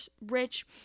rich